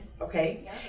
Okay